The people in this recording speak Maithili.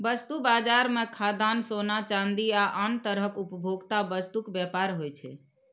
वस्तु बाजार मे खाद्यान्न, सोना, चांदी आ आन तरहक उपभोक्ता वस्तुक व्यापार होइ छै